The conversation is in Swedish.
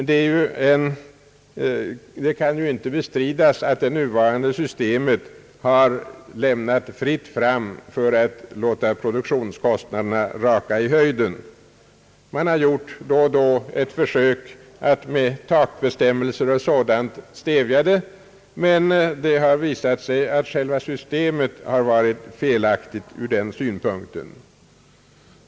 Det kan inte bestridas att det nuvarande systemet har lämnat fritt fram för att låta produktionskostnaderna raka i höjden. Man har då och då gjort ett försök att med takbestämmelser och sådant stävja en sådan utveckling, men det har visat sig att själva systemet varit felaktigt ur denna synpunkt.